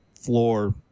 floor